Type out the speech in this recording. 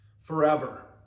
Forever